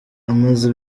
amaze